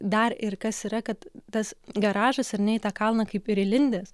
dar ir kas yra kad tas garažas ar ne į tą kalną kaip ir įlindęs